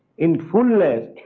in fullness